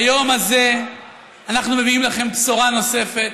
ביום הזה אנחנו מביאים לכם בשורה נוספת.